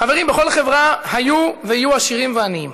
חברים, בכל חברה היו ויהיו עשירים ועניים.